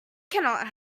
cannot